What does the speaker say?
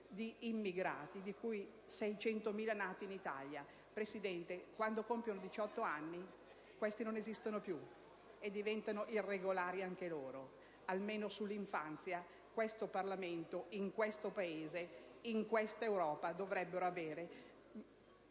immigrati, di cui 600.000 nati in Italia. Presidente, quando compiono 18 anni, non esistono più, diventano irregolari anche loro. Almeno sull'infanzia questo Parlamento, in questo Paese, in questa Europa, dovrebbe avere